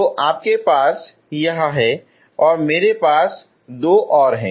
तो आपके पास यह है और मेरे पास दो और हैं